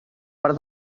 per